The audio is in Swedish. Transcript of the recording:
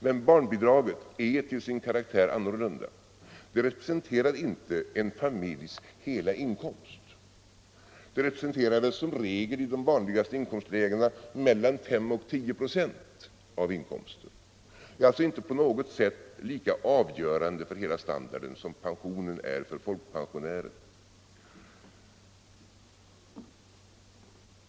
Men barnbidraget är till sin karaktär annorlunda. Det representerar inte en familjs hela inkomst. Det representerar väl som regel i de vanligaste inkomstlägena mellan fem och tio procent av inkomsten. Det är alltså inte på något sätt lika avgörande för hela standarden som pensionen är för folkpensionären.